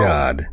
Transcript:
God